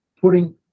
putting